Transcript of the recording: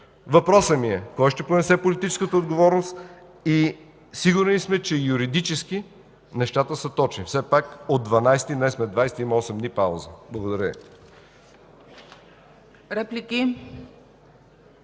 Въпросът ми е: кой ще понесе политическата отговорност? И сигурни ли сме, че юридически нещата са точни?! Все пак от 12-и, а днес сме 20-и, има 8 дни пауза. Благодаря.